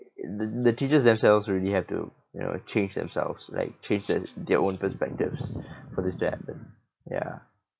the teachers themselves already have to you know change themselves like change their their own perspectives for this to happen ya